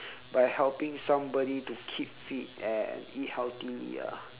by helping somebody to keep fit and eat healthily ah